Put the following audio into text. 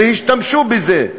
והשתמשו בזה,